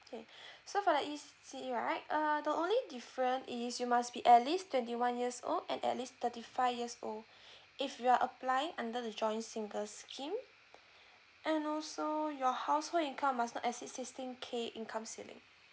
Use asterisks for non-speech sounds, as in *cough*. okay *breath* so for the E_C right err the only different is you must be at least twenty one years old and at least thirty five years old *breath* if you are applying under the joint single scheme and also your household income must not exceed sixteen K income ceiling